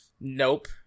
Nope